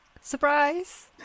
Surprise